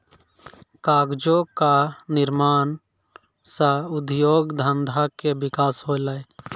कागजो क निर्माण सँ उद्योग धंधा के विकास होलय